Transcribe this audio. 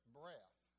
breath